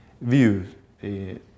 view